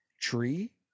tree